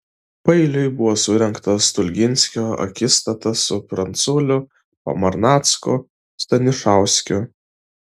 paeiliui buvo surengta stulginskio akistata su pranculiu pamarnacku stanišauskiu